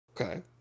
Okay